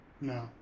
No